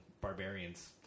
barbarians